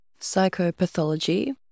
Psychopathology